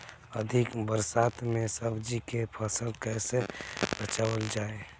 अधिक बरसात में सब्जी के फसल कैसे बचावल जाय?